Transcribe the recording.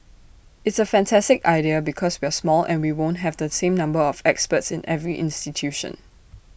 it's A fantastic idea because we're small and we won't have the same number of experts in every institution